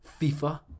FIFA